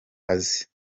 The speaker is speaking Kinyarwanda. azi